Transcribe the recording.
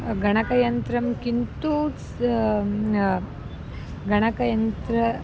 गणकयन्त्रं किन्तु गणकयन्त्रम्